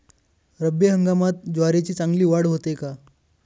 रब्बी हंगामात ज्वारीची चांगली वाढ होते का?